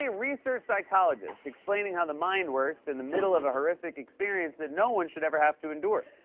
ah research psychologist explaining how the mind works in the middle of a horrific experience that no one should ever have to endure.